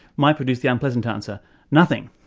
might produce the unpleasant answer nothing.